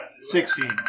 sixteen